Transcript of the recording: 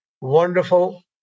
Wonderful